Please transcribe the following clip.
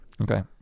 Okay